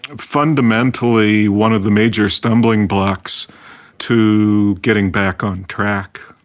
ah fundamentally one of the major stumbling blocks to getting back on track.